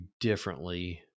differently